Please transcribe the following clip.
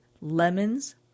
lemons